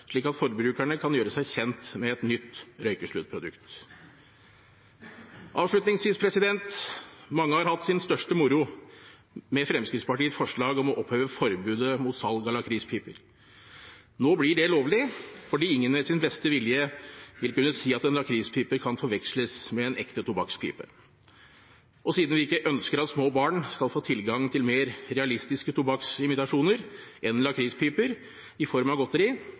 slik at forbrukerne kan gjøre seg kjent med et nytt røykesluttprodukt. Avslutningsvis: Mange har hatt sin største moro med Fremskrittspartiets forslag om å oppheve forbudet mot salg av lakrispiper. Nå blir det lovlig, fordi ingen med sin beste vilje vil kunne si at en lakrispipe kan forveksles med en ekte tobakkspipe. Og siden vi ikke ønsker at små barn skal få tilgang til mer realistiske tobakksimitasjoner enn lakrispiper i form av godteri,